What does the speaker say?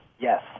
Yes